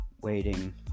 waiting